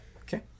Okay